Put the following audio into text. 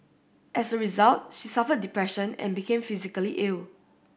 as a result she suffered depression and became physically ill